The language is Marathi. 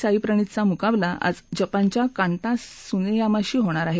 साईप्रणीत चा मुकाबला आज जपानच्या कांटा सुनेमायाशी होणार आहे